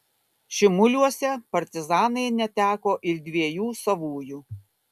šimuliuose partizanai neteko ir dviejų savųjų